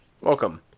Welcome